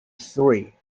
three